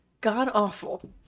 god-awful